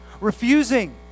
refusing